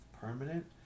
permanent